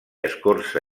escorça